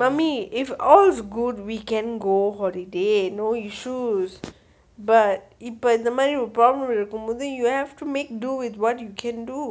mummy if all is good we can go for the holiday no issues but இப்போ இந்த மாதிரி:ippo intha mathiri problem இருக்கும் போது:irukkum poothu you have to make do with what you can do